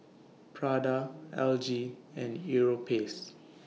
Prada L G and Europace